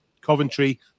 Coventry